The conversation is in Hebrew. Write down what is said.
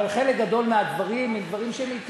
אבל חלק גדול מהדברים מיטיבים.